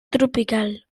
tropical